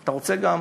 אתה רוצה גם